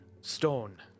stone